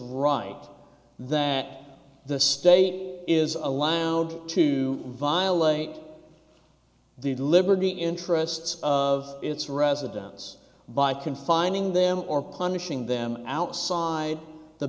right that the state is allowed to violate the liberty interests of its residents by confining them or punishing them outside the